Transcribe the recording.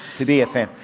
to be a fan.